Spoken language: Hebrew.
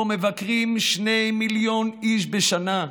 שבו מבקרים שני מיליון איש בשנה.